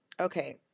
Okay